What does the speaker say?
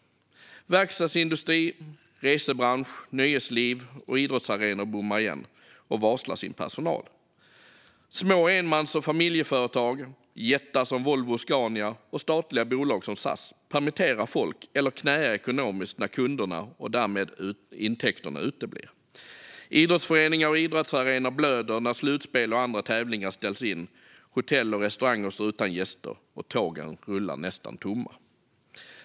Verkstadsindustri, resebransch, nöjesliv och idrottsarenor bommar igen och varslar sin personal. Små enmans och familjeföretag, jättar som Volvo och Scania och statliga bolag som SAS permitterar folk eller knäar ekonomiskt när kunderna uteblir och därmed även intäkterna. Idrottsföreningar och idrottsarenor blöder när slutspel och andra tävlingar ställs in. Hotell och restauranger står utan gäster, och tågen rullar nästan tomma.